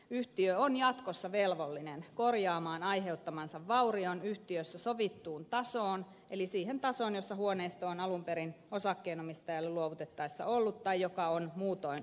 yhtiö on jatkossa velvollinen korjaamaan aiheuttamansa vaurion yhtiössä sovittuun tasoon eli siihen tasoon jossa huoneisto on alun perin osakkeenomistajalle luovutettaessa ollut tai joka on muutoin omaksuttu